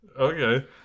Okay